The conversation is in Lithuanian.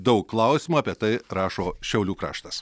daug klausimų apie tai rašo šiaulių kraštas